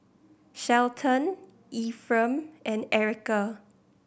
Shelton Efrem and Erika